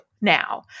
now